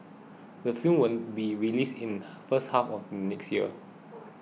the film will be released in first half of next year